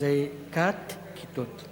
זה כּת, כִּתות.